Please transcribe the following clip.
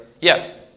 Yes